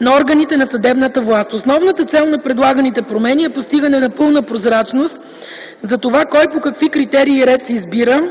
на органите на съдебната власт. Основната цел на предлаганите промени е постигане на пълна прозрачност за това кой по какви критерии и ред се избира,